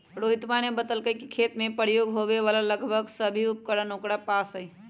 रोहितवा ने बतल कई कि खेत में प्रयोग होवे वाला लगभग सभी उपकरण ओकरा पास हई